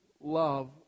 love